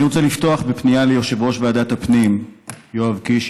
אני רוצה לפתוח בפנייה ליושב-ראש ועדת הפנים יואב קיש,